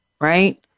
right